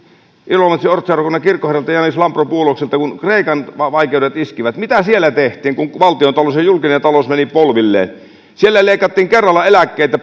ilomantsin ortodoksisen seurakunnan kirkkoherralta ioannis lampropoulokselta kun kreikan vaikeudet iskivät mitä siellä tehtiin kun valtiontalous ja julkinen talous menivät polvilleen siellä leikattiin kerralla eläkkeistä suurin